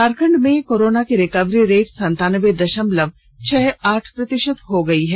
झारखंड में कोरोना की recovery rate संतानबे दशमलव छह आठ प्रतिशत हो गई है